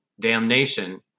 Damnation